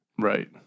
Right